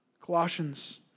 Colossians